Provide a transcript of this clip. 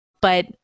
but-